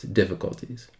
difficulties